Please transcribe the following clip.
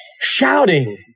shouting